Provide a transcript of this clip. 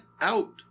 out